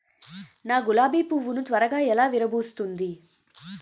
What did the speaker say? నా గులాబి పువ్వు ను త్వరగా ఎలా విరభుస్తుంది?